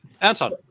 Anton